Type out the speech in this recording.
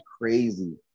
crazy